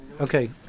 Okay